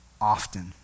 often